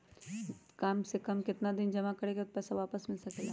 काम से कम केतना दिन जमा करें बे बाद पैसा वापस मिल सकेला?